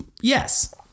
yes